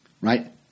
right